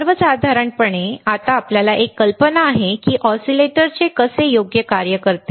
सर्वसाधारणपणे आता आम्हाला एक कल्पना आहे की ऑसीलेटर कसे योग्य कार्य करतील